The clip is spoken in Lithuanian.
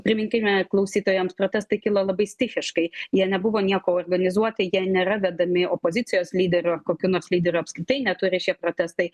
priminkime klausytojams protestai kilo labai stichiškai jie nebuvo nieko organizuoti jie nėra vedami opozicijos lyderio kokių nors lyderių apskritai neturi šie protestai